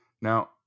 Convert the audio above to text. Now